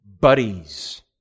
buddies